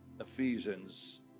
Ephesians